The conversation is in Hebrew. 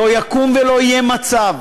לא יקום ולא יהיה מצב